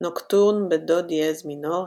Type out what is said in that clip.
נוקטורן בדו דיאז מינור,